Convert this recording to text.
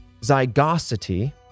zygosity